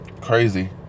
Crazy